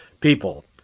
people